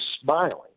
smiling